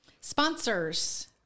Sponsors